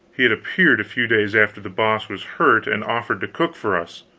he had appeared a few days after the boss was hurt and offered to cook for us,